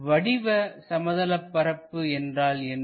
வடிவ சமதளப்பரப்பு என்றால் என்ன